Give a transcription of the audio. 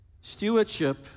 Stewardship